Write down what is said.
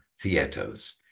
theatres